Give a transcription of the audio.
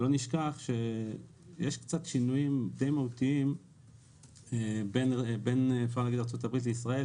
לא נשכח שיש שינויים די מהותיים בין ארצות-הברית לישראל,